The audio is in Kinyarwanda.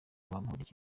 bamporiki